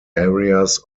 areas